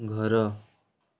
ଘର